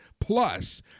Plus